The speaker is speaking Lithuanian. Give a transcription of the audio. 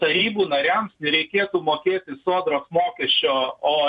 tarybų nariams nereikėtų mokėti sodros mokesčio o